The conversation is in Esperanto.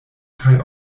kaj